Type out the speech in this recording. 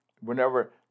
whenever